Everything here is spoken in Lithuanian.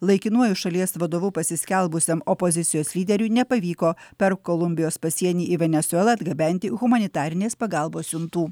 laikinuoju šalies vadovu pasiskelbusiam opozicijos lyderiui nepavyko per kolumbijos pasienį į venesuelą atgabenti humanitarinės pagalbos siuntų